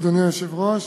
אדוני היושב-ראש,